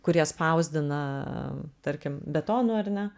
kurie spausdina tarkim betonu ar ne